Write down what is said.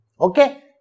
Okay